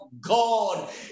God